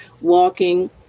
walking